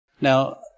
Now